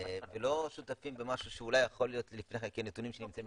לא שותפים במשהו שאולי יכול להיות לפני כן כנתונים שנמצאים בפנינו.